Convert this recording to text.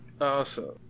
Awesome